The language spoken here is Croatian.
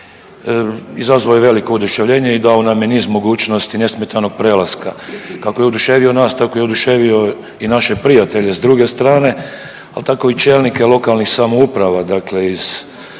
izazvao je veliko oduševljenje i dao nam je niz mogućnosti nesmetanog prelaska. Kako je oduševio nas, tako je oduševio i naše prijatelje s druge strane, a tako i čelnike lokalnih samouprava, dakle iz